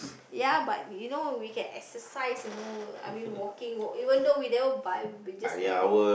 ya but you know we can exercise you know I mean walking walk even though we never buy we'll be just like